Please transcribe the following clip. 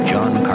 John